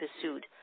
pursued